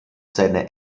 seine